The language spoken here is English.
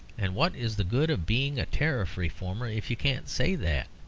and what is the good of being a tariff reformer if you can't say that?